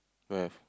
don't have